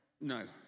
No